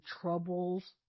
troubles